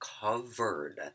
covered